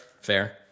Fair